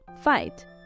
Fight